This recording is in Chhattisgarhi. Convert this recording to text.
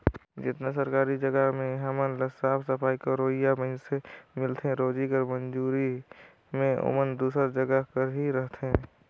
जेतना सरकारी जगहा मन में हमन ल साफ सफई करोइया मइनसे मिलथें रोजी कर मंजूरी में ओमन दूसर जगहा कर ही रहथें